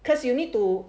cause you need to